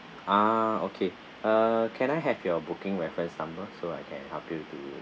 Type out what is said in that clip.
ah okay uh can I have your booking reference number so I can help you to